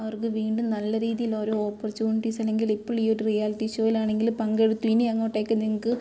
അവർക്ക് വീണ്ടും നല്ല രീതിയിൽ ഓരോ ഓപ്പർച്യൂണിറ്റീസ് അല്ലെങ്കിൽ ഇപ്പോൾ ഈ ഒരു റിയാലിറ്റി ഷോയിലാണെങ്കിൽ പങ്കെടുത്തു ഇനി അങ്ങോട്ടേക്ക് നിങ്ങൾക്ക്